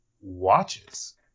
watches